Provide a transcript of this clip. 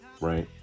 Right